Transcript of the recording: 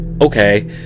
okay